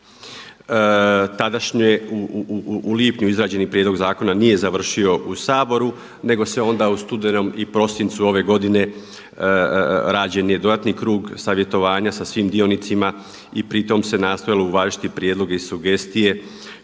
tadašnji u lipnju izrađen prijedlog zakona nije završio u Saboru nego se onda u studenom i prosincu ove godine rađen je dodatni krug savjetovanja sa svim dionicima i pri tom se nastojalo uvažiti prijedloge i sugestije